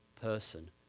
person